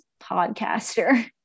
podcaster